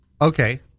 Okay